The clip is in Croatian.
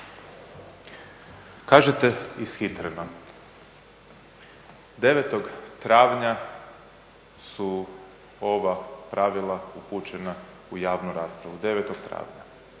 kažete ishitreno, 9. travnja su ova pravila upućena u javnu raspravu, 9. travnja.